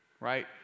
right